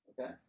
Okay